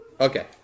Okay